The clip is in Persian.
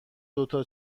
دوتا